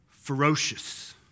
ferocious